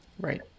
Right